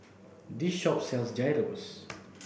this shop sells Gyros